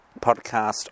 podcast